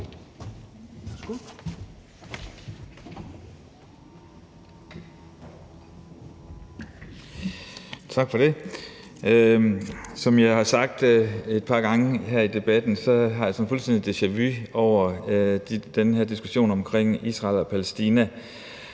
Tak for det. Som jeg har sagt et par gange her i debatten, har jeg en fuldstændig deja-vu oplevelse af den her diskussion om Israel og Palæstina.